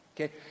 Okay